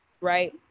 right